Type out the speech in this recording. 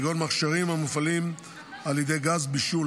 כגון מכשירים המופעלים על ידי גז בישול,